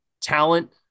talent